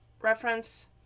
reference